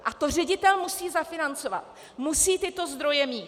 A to ředitel musí zafinancovat, musí tyto zdroje mít.